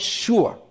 sure